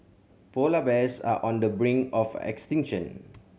polar bears are on the brink of extinction